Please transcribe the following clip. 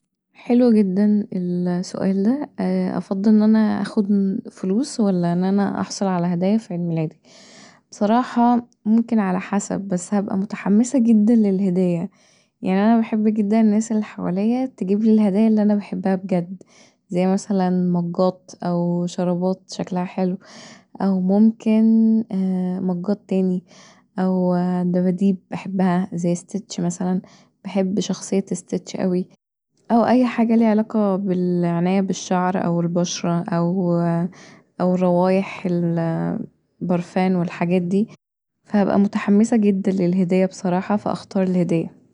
حلو جدا السؤال دا أفضل ان انا اخد فلوس ولا ان انا أحصل علي هدايا في عيد ميلادي صراحه ممكن علي حسب بس هبقي متحمسة جدا للهدية يعني انا بحب جدا الناس اللي حواليا تجيبلي الهدايا اللي انا بحبها بجد يعني مثلا مجات او شرابات شكلها حلو او ممكن مجات تاني ودباديب بحبها زي ستيتش مثلا بحب شخصية ستيتش اوي أو اي حاجه ليها علاقه بالعنايه بالشعر او البشرة او روايح البرفان او الحاجات دي فهبقي متحمسه جدا للهدية بصراحه فهختار الهديه